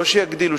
לא שיגדילו,